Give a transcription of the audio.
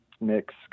mix